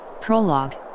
prologue